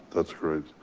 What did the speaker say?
that's great.